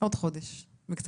בעוד חודש וקצת.